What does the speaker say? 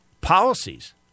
policies